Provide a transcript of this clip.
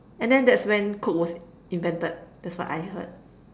and then that's when coke was invented that's what I heard